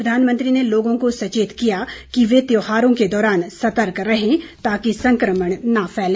प्रधानमंत्री ने लोगों को सचेत किया कि ये त्योहारों के दौरान सतर्क रहें ताकि संक्रमण न फैले